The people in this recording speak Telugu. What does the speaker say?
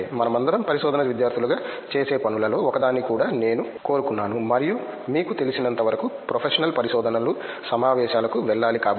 సరే మనమందరం పరిశోధనా విద్యార్ధులుగా చేసే పనులలో ఒకదాన్ని కూడా నేను కోరుకున్నాను మరియు మీకు తెలిసినంతవరకు ప్రొఫెషనల్ పరిశోధనలు సమావేశాలకు వెళ్లాలి